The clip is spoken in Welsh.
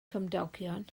cymdogion